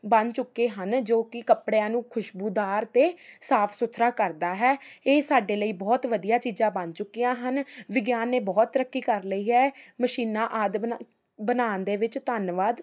ਬਣ ਚੁੱਕੇ ਹਨ ਜੋ ਕਿ ਕੱਪੜਿਆਂ ਨੂੰ ਖੁਸ਼ਬੂਦਾਰ ਅਤੇ ਸਾਫ ਸੁਥਰਾ ਕਰਦਾ ਹੈ ਇਹ ਸਾਡੇ ਲਈ ਬਹੁਤ ਵਧੀਆ ਚੀਜ਼ਾਂ ਬਣ ਚੁੱਕੀਆਂ ਹਨ ਵਿਗਿਆਨ ਨੇ ਬਹੁਤ ਤਰੱਕੀ ਕਰ ਲਈ ਹੈ ਮਸ਼ੀਨਾਂ ਆਦਿ ਬਣਾ ਬਣਾਉਣ ਦੇ ਵਿੱਚ ਧੰਨਵਾਦ